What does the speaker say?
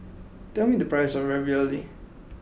tell me the price of Ravioli